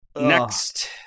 Next